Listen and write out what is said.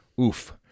Oof